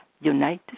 United